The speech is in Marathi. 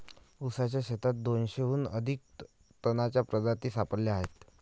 ऊसाच्या शेतात दोनशेहून अधिक तणांच्या प्रजाती सापडल्या आहेत